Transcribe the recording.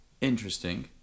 Interesting